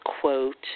quote